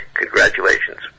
congratulations